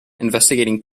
investigating